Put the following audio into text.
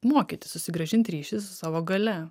mokytis susigrąžint ryšį su savo galia